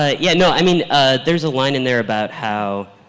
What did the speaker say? ah yeah, no i mean there's a line in there about how